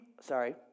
sorry